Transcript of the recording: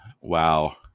Wow